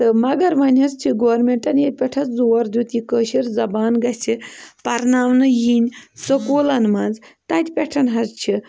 تہٕ مگر وۄنۍ حظ چھِ گورمٮ۪نٛٹَن ییٚتہِ پٮ۪ٹھ حظ زور دیُت یہِ کٲشٕر زبان گژھِ پرناونہٕ یِنۍ سکوٗلَن منٛز تَتہِ پٮ۪ٹھ حظ چھِ